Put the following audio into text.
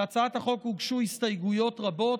להצעת החוק הוגשו הסתייגויות רבות,